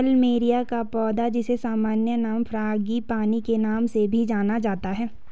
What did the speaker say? plumeria का पौधा, जिसे सामान्य नाम फ्रांगीपानी के नाम से भी जाना जाता है